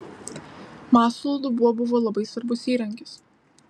masalo dubuo buvo labai svarbus įrankis